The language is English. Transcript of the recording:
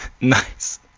Nice